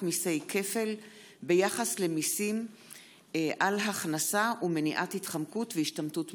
מיסי כפל ביחס למיסים על הכנסה ומניעת התחמקות והשתמטות ממס.